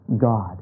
God